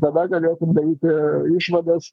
tada galėsim daryti išvadas